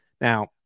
now